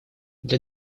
для